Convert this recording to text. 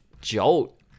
jolt